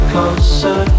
Closer